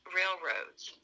railroads